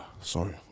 Sorry